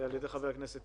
כשנכנסנו